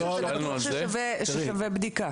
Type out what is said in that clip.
זה נתון ששווה בדיקה.